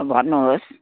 भन्नुहोस्